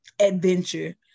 adventure